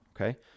okay